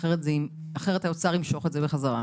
אחרת הם ימשכו את זה חזרה.